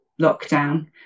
lockdown